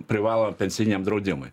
privalo pensijiniam draudimui